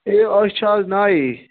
A أسۍ چھِ آز نایے